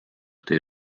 tõi